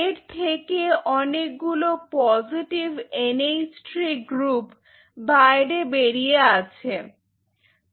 এর থেকে অনেকগুলো positive N H three group বাইরে বেরিয়ে আছে Refer Time 0742